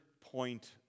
point